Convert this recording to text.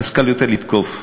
קל יותר לתקוף.